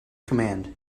command